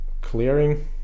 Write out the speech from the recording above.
clearing